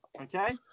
Okay